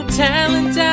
talent